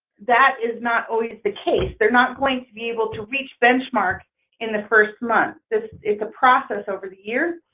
that is not always the case. they're not going to be able to reach benchmark in the first month. this is a process over the year.